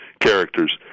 characters